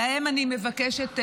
להם אני מבקשת לומר: